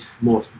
more